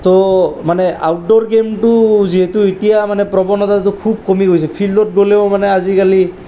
তৌ মানে আউটড'ৰ গে'মটো যিহেতু এতিয়া মানে প্ৰৱণতাটো খুব কমি গৈছে ফিল্ডত গ'লেও মানে আজিকালি